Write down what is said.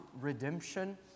redemption